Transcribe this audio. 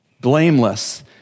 Blameless